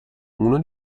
uno